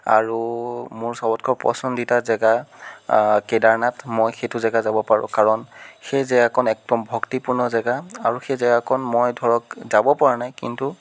আৰু মোৰ চবতকৈ পচন্দিতা জেগা কেদাৰনাথ মই সেইটো জেগা যাব পাৰোঁ কাৰণ সেই জেগাকণ একদম ভক্তিপূৰ্ণ জেগা আৰু সেই জেগাকণ মই ধৰক যাব পৰা নাই কিন্তু